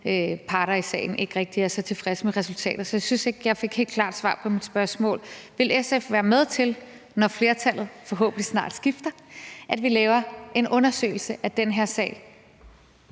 parter i sagen ikke rigtig er så tilfredse med resultatet. Så jeg synes ikke, at jeg fik helt et klart svar på mit spørgsmål. Vil SF være med til, når flertallet forhåbentlig snart skifter, at vi laver en undersøgelse af den her sag?